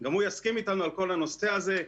גם הוא יסכים איתנו על כל הנושא הזה.